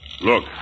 Look